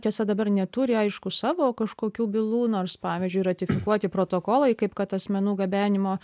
tiesa dabar neturi aišku savo kažkokių bylų nors pavyzdžiui ratifikuoti protokolai kaip kad asmenų gabenimo